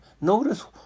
Notice